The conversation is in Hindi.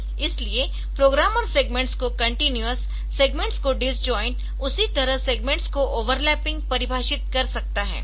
इसलिए प्रोग्रामर सेग्मेंट्स को कंटीन्यूअस सेग्मेंट्स को डिसजोइन्ट उसी तरह सेग्मेंट्स को ओवरलैपिंग परिभाषित कर सकता है